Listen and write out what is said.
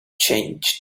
changed